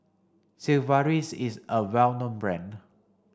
Sigvaris is a well known brand